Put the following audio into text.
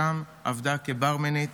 שם עבדה כברמנית